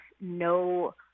no